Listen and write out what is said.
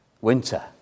winter